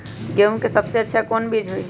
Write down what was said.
गेंहू के सबसे अच्छा कौन बीज होई?